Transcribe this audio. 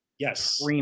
Yes